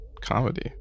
comedy